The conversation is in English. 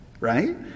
right